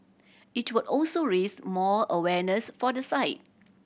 it will also raise more awareness for the site